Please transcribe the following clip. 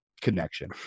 connection